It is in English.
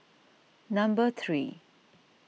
number three